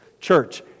Church